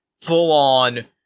full-on